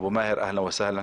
אבו מאהר, אהלן וסהלן.